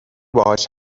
باهاش